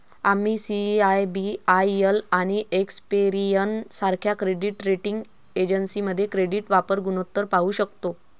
आम्ही सी.आय.बी.आय.एल आणि एक्सपेरियन सारख्या क्रेडिट रेटिंग एजन्सीमध्ये क्रेडिट वापर गुणोत्तर पाहू शकतो